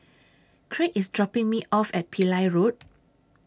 Craig IS dropping Me off At Pillai Road